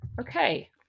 Okay